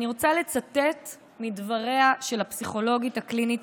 אני רוצה לצטט מדבריה של הפסיכולוגית הקלינית